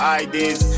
ideas